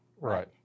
Right